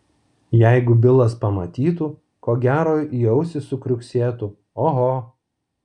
jeigu bilas pamatytų ko gero į ausį sukriuksėtų oho